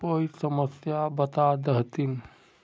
कोई समस्या बता देतहिन?